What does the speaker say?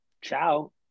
Ciao